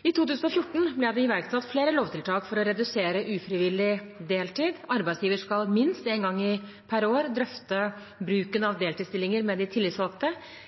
I 2014 ble det iverksatt flere lovtiltak for å redusere ufrivillig deltid. Arbeidsgiver skal minst en gang per år drøfte bruken av deltidsstillinger med de tillitsvalgte.